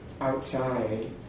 outside